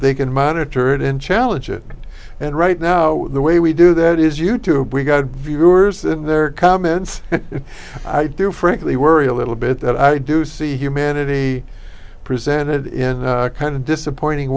they can monitor it and challenged it and right now the way we do that is you tube we got viewers and their comments and i do frankly worry a little bit that i do see humanity presented in kind of disappointing